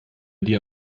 dir